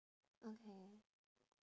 okay